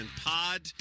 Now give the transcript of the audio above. pod